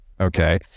Okay